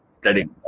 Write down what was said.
studying